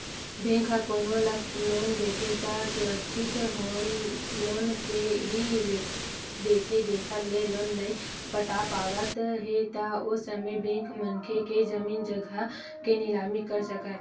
bank ह कोनो ल लोन देथे त सुरक्छित लोन ही देथे जेखर ले लोन नइ पटा पावत हे त ओ समे बेंक मनखे के जमीन जघा के निलामी कर सकय